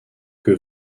que